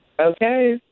Okay